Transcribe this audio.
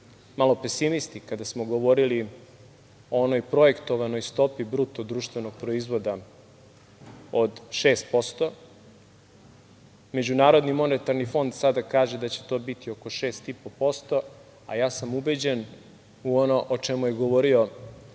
malo pesimisti kada smo govorili o onoj projektovanoj stopi bruto društvenog proizvoda od 6%, Međunarodni monetarni fond sada kaže da će to biti oko 6,5%, a ja sam ubeđen u ono o čemu je govorio